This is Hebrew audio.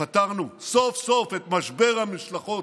פתחנו סוף-סוף את משבר המשלחות